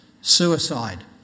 suicide